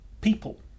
people